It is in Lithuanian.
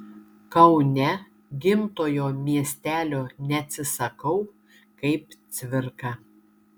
kaune gimtojo miestelio neatsisakau kaip cvirka